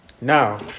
Now